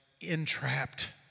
entrapped